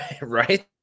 Right